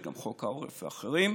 יש גם חוק העורף ואחרים,